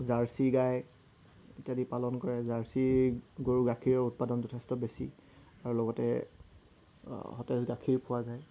jersey গাই ইত্যাদি পালন কৰে জাৰ্চি গৰু গাখীৰৰ উৎপাদন যথেষ্ট বেছি আৰু লগতে সতেজ গাখীৰ পোৱা যায়